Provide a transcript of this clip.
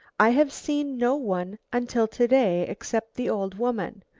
i have seen no one until to-day except the old woman,